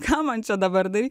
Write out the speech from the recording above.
ką man čia dabar daryt